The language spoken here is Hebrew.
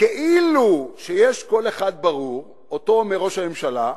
כאילו יש קול אחד ברור, שאותו אומר ראש הממשלה,